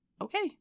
okay